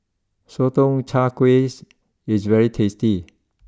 Sotong Char kways is very tasty